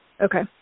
Okay